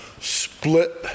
split